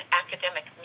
academic